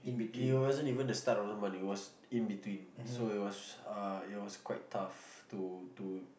it wasn't even the start of the month it was in between so it was uh it was quite tough to to